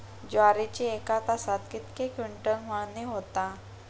ज्वारीची एका तासात कितके क्विंटल मळणी होता?